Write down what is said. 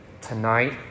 tonight